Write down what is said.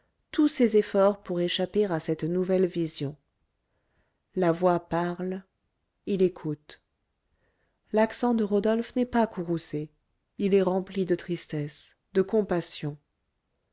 tous ses efforts pour échapper à cette nouvelle vision la voix parle il écoute l'accent de rodolphe n'est pas courroucé il est rempli de tristesse de compassion